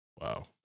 wow